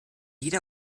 jeder